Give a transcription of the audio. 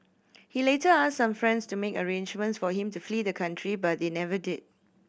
he later asked some friends to make arrangements for him to flee the country but they never did